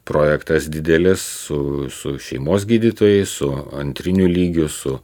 projektas didelis su su šeimos gydytojais su antriniu lygiu su